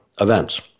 Events